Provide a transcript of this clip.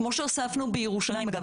כמו שהוספנו בירושלים אגב,